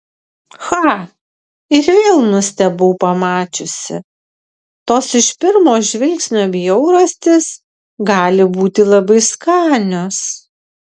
cha ir vėl nustebau pamačiusi tos iš pirmo žvilgsnio bjaurastys gali būti labai skanios